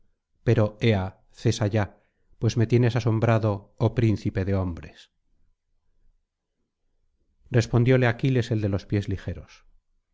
pero ea cesa ya pues me tienes asombrado oh príncipe de hombres respondióle aquiles el de los pies ligeros